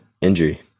injury